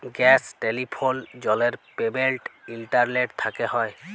gas, telephone, জলের payment internet থ্যকে হয়